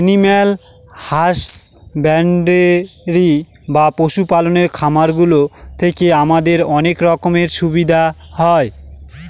animal husbandry বা পশু পালনের খামার গুলো থেকে আমাদের অনেক রকমের সুবিধা হয়